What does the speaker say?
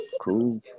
cool